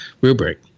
rubric –